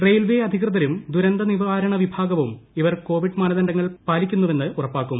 railway അധികൃതരും ദുരന്ത നിവാരണ വിഭാഗവും ഇവർ കോവിഡ് മാനദണ്ഢങ്ങൾ പാലിക്കുന്നുവെന്ന് ഉറപ്പാക്കും